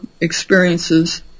experiences